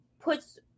puts